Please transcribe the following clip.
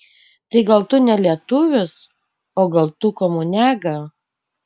tai gal tu ne lietuvis o gal tu komuniaga